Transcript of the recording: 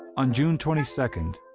on june twenty second,